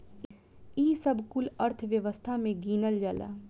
ई सब कुल अर्थव्यवस्था मे गिनल जाला